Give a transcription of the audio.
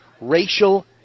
racial